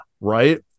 right